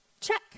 check